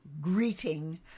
greeting